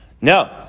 No